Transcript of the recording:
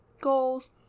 Goals